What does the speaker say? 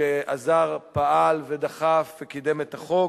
שעזר, פעל, דחף וקידם את החוק.